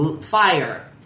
Fire